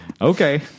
Okay